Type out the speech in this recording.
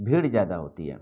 بھیڑ زیادہ ہوتی ہے